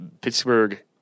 Pittsburgh